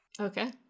Okay